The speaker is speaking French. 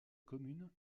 commune